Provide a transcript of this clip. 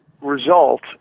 result